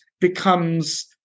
becomes –